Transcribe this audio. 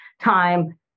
time